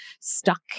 stuck